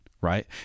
right